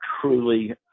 truly